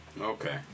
Okay